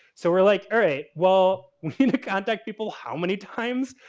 so, we're like, alright, well, we need to contact people how many times?